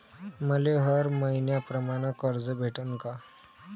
मले हर मईन्याप्रमाणं कर्ज भेटन का?